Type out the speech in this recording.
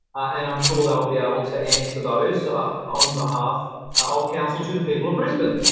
and i'm sure they'll be able to answer those on behalf of council to the people of brisbane.